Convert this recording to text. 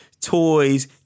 toys